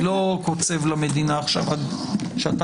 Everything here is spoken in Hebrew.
אני לא קוצב למדינה זמן.